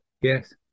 Yes